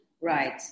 right